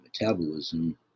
metabolism